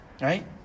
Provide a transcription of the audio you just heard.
Right